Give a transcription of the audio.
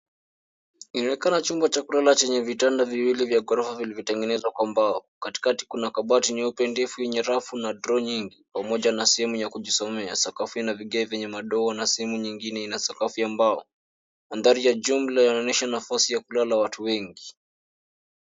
Inaonekana chumba cha kulala chenye vitanda viwili vya ghorofa vilivyotengenezwa kwa mbao. Katikati kuna kabati nyeupe ndefu yenye rafu na droo nyingi pamoja na sehemu ya kujisomea. Sakafu ina vigae vyenye madoa na sehemu nyingine ina sakafu ya mbao. Mandhari ya jumla inaonyesha nafasi ya kulala watu wengi.